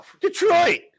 Detroit